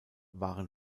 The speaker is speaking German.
waren